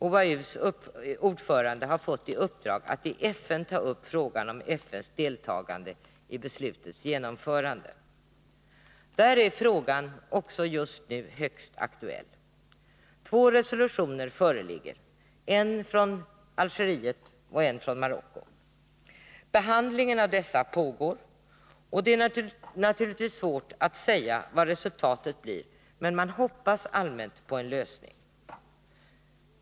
OAU:s ordförande har fått i uppdrag att i FN ta upp frågan om FN:s deltagande i beslutets genomförande. Där är frågan också just nu högst aktuell. Två resolutioner föreligger, en från Algeriet och en från Marocko. Behandlingen av dessa pågår, och det är naturligtvis svårt att säga vad resultatet blir, men man hoppas allmänt på en lösning.